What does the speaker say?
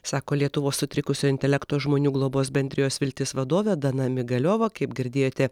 sako lietuvos sutrikusio intelekto žmonių globos bendrijos viltis vadovė dana migaliova kaip girdėjote